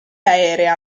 aerea